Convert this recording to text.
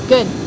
Good